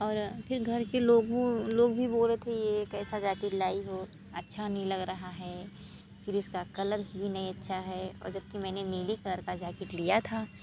और फिर घर के लोगों लोग भी बोले थे ये कैसा जैकेट लाई हो अच्छा नहीं लग रहा है फिर इसका कलर्स भी नहीं अच्छा है और जबकि मैंने नीली कलर का जैकेट लिया था